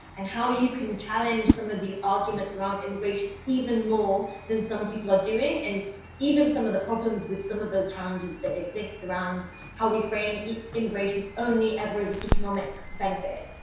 and how you can challenge some of the arguments around immigration, even more than some people are doing, and even some of the problems, with some of those challenges that exist around how we frame immigration only ever as an economic benefit.